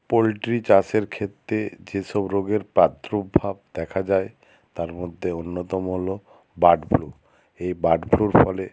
poultry চাষের ক্ষেত্রে যে সব রোগের প্রাদুর্ভাব দেখা যায় তার মধ্যে অন্যতম হলো বার্ড ফ্লু এই বার্ড ফ্লুর ফলে